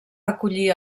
acollir